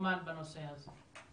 ומיומן בנושא הזה.